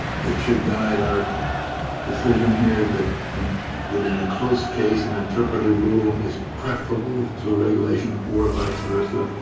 that should guide our decision here that in that in a close case, an interpretive rule is preferable to a regulation or vice versa?